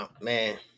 man